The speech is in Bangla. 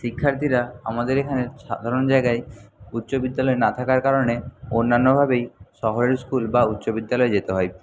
শিক্ষার্থীরা আমাদের এখানে সাধারণ জায়গায় উচ্চ বিদ্যালয় না থাকার কারণে অন্যান্য ভাবেই শহরের স্কুল বা উচ্চ বিদ্যালয়ে যেতে হয়